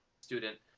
student